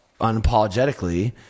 unapologetically